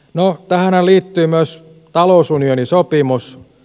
no tähänhän liittyy myös talousunionisopimus